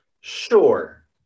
sure